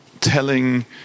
telling